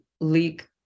leak